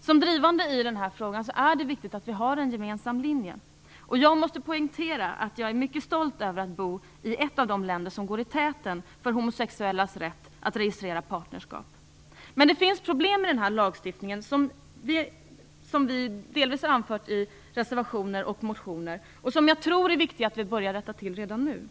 Som drivande i den här frågan är det viktigt att vi har en gemensam linje. Och jag måste poängtera att jag är mycket stolt över att bo i ett av de länder som går i täten i fråga om homosexuellas rätt att registrera partnerskap. Men det finns problem i lagstiftningen, något som vi delvis har anfört i reservationer och motioner, och jag tror att det är viktigt att vi börjar rätta till dem redan nu.